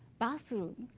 bathroom,